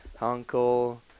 uncle